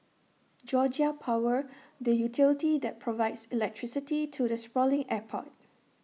Georgia power the utility that provides electricity to the sprawling airport